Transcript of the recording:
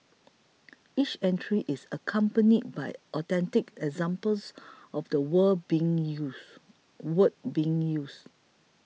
each entry is accompanied by authentic examples of the word being used word being used